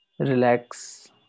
Relax